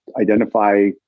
identify